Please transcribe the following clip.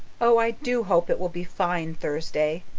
oh, i do hope it will be fine thursday,